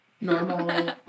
normal